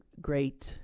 great